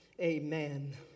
Amen